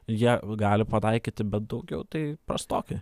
jie gali pataikyti bet daugiau tai prastoki